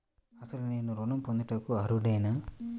అసలు నేను ఋణం పొందుటకు అర్హుడనేన?